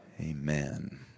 Amen